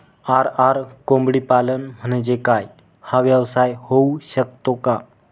RR कोंबडीपालन म्हणजे काय? हा व्यवसाय होऊ शकतो का?